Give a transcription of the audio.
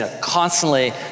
constantly